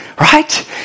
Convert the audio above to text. Right